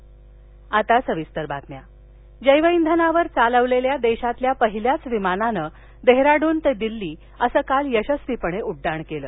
जैवउड्डाण जैवइंधनावर चालवलेल्या देशातील पहिल्याच विमानानं डेहराडून ते दिल्ली असं काल यशस्वीपणे उड्डाण केलं